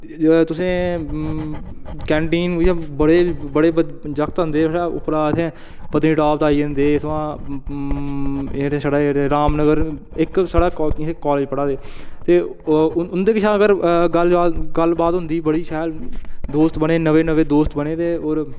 जे ओ तुसें ई कन्टीन बिच्चा बडे़ बड़े ब जागत औंदे उप्परा असें पतनीटाप दा आई जंदे इत्थूं दा एह् जेह्ड़ा रामनगर इक साढ़े कालेज इत्थै कालेज पढ़ा दे ते उ उं'दे कशा अगर गल्ल बात गल्ल बात होंदी ही बडी शैल दोस्त बने नमें नमें ते दोस्त बने दे ते और